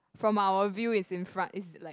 from our view is in front is like